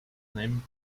name